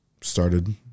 started